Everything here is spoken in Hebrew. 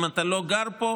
אם אתה לא גר פה,